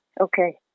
okay